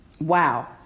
Wow